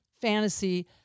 fantasy